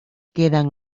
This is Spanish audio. queda